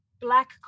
black